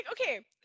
okay